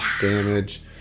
damage